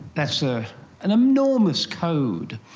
that's ah an enormous code.